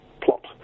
plot